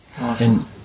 Awesome